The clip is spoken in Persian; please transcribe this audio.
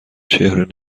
چهره